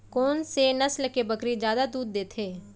कोन से नस्ल के बकरी जादा दूध देथे